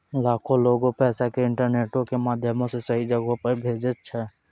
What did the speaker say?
लाखो लोगें पैसा के इंटरनेटो के माध्यमो से सही जगहो पे भेजै छै